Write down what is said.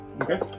Okay